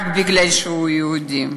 רק כי הוא יהודי.